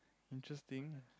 interesting